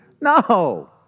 No